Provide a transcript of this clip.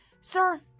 Sir